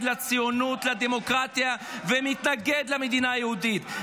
לציונות ולדמוקרטיה ומתנגד למדינה יהודית.